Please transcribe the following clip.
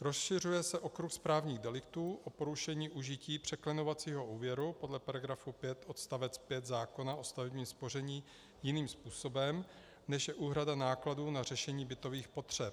Rozšiřuje se okruh správních deliktů o porušení užití překlenovacího úvěru podle § 5 odst. 5 zákona o stavebním spoření jiným způsobem, než je úhrada nákladů na řešení bytových potřeb.